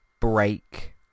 break